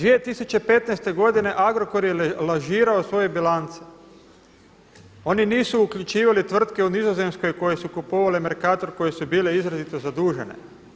2015. godine Agrokor je lažirao svoju bilancu, oni nisu uključivali tvrtke u Nizozemskoj koje su kupovale Merkator, koje su bile izrazito zadužene.